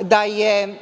da je